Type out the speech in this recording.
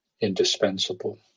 indispensable